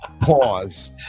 Pause